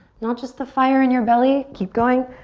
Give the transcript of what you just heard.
not just the fire in your belly. keep going.